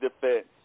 defense